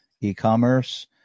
e-commerce